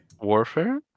Warfare